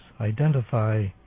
identify